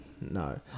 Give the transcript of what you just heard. No